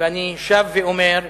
ואני שב ואומר: